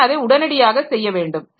நான் அதை உடனடியாக செய்ய வேண்டும்